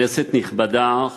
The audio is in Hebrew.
כנסת נכבדה,